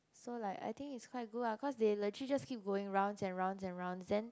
so like I think is quite good ah cause they legit just keep going rounds and rounds and rounds then